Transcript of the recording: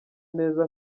neza